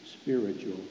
spiritual